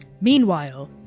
Meanwhile